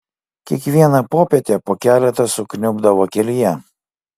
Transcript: kiekvieną popietę po keletą sukniubdavo kelyje